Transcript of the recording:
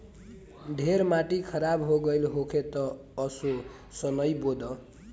ढेर माटी खराब हो गइल होखे तअ असो सनइ बो दअ